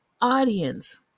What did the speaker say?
audience